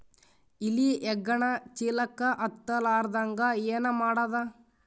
ಇಲಿ ಹೆಗ್ಗಣ ಚೀಲಕ್ಕ ಹತ್ತ ಲಾರದಂಗ ಏನ ಮಾಡದ?